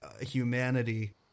Humanity